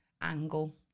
angle